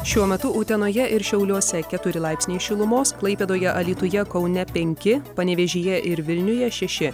šiuo metu utenoje ir šiauliuose keturi laipsniai šilumos klaipėdoje alytuje kaune penki panevėžyje ir vilniuje šeši